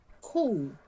Cool